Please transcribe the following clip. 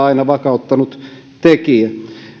aina vakauttanut tekijä